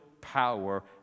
power